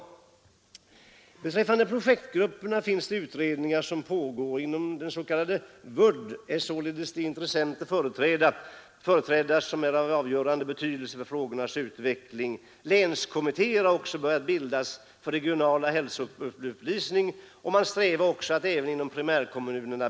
Med anledning av yrkandet om tillsättande av projektgrupper vill jag säga att det pågår utredningar inom det s.k. HVUD där sådana intressen finns företrädda som är av avgörande betydelse för frågornas utveckling. Länskommittéer har också börjat bildas för regional hälsoupplysning, och man strävar efter att bilda sådana även inom primärkommunerna.